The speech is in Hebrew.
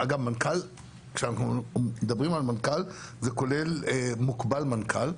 כשאנחנו מדברים על מנכ"ל זה כולל מוקבל מנכ"ל.